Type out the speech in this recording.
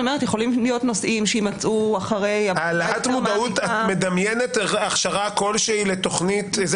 יכולים להיות נושאים שיימצאו- -- את מדמיינת הכשרה כלשהי לתוכנית זה